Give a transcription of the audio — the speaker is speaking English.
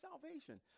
salvation